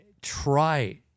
try